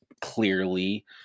clearly